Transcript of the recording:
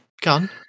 Gun